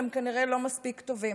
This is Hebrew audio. הם כנראה לא מספיק טובים.